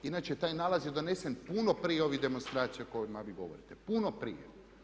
Inače taj nalaz je donesen puno prije ovih demonstracija o kojima vi govorite, puno prije.